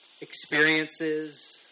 experiences